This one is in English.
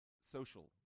social